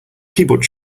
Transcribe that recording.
keyboard